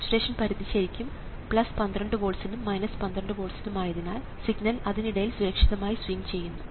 saturation പരിധി ശരിക്കും 12 volts ലും 12 വോൾട്സ് ലും ആയതിനാൽ സിഗ്നൽ അതിനിടയിൽ സുരക്ഷിതമായി സ്വിംഗ് ചെയ്യുന്നു